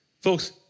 Folks